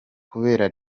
kubera